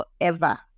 forever